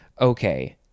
okay